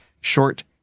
short